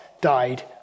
died